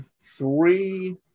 Three